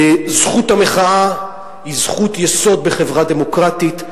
זכות המחאה היא זכות יסוד בחברה דמוקרטית.